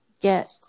get